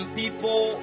people